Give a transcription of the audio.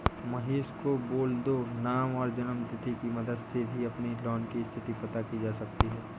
महेश को बोल दो नाम और जन्म तिथि की मदद से भी अपने लोन की स्थति पता की जा सकती है